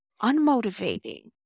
unmotivating